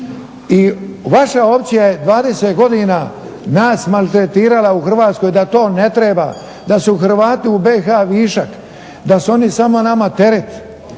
I vaša opcija je 20 godina nas maltretirala u Hrvatskoj da to ne treba, da su Hrvati u BiH višak, da su oni samo nama teret,